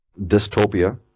dystopia